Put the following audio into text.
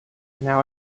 now